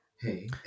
hey